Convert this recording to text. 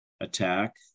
attack